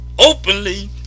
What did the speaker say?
openly